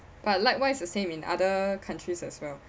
but likewise the same in other countries as well